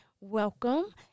welcome